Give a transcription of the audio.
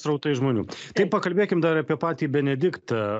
srautai žmonių tai pakalbėkim dar apie patį benediktą